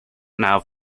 nav